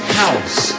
house